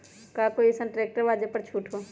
का कोइ अईसन ट्रैक्टर बा जे पर छूट हो?